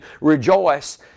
rejoice